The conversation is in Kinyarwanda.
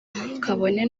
kabone